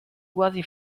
quasi